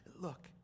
Look